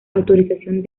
autorización